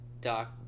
Doc